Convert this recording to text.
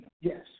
Yes